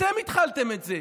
אתם התחלתם את זה.